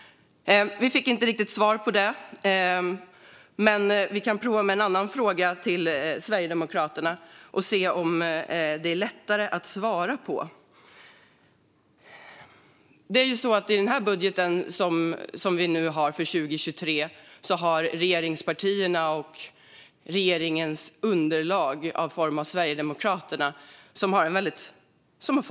Vi fick inte riktigt svar på det, men vi kan prova med en annan fråga till Sverigedemokraterna och se om den är lättare att svara på. I budgeten för 2023 är det regeringspartierna och regeringens underlag i form av Sverigedemokraterna som har fått makten.